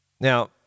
Now